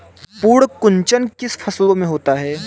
पर्ण कुंचन किन फसलों में होता है?